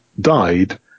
died